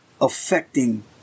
affecting